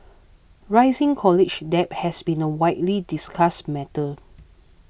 rising college debt has been a widely discussed matter